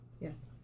Yes